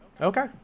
Okay